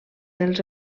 dels